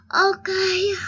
Okay